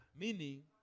Meaning